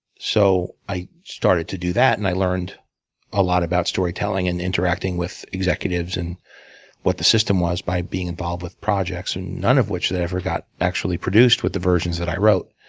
so i started to do that, and i learned a lot about storytelling, and interacting with executives, and what the system was by being involved with projects, and none of which ever got actually produced with the versions that i wrote.